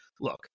Look